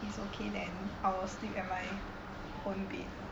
it's okay then I will sleep at my own bed